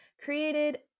created